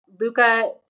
Luca